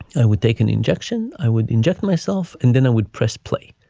i would take an injection, i would inject myself and then i would press play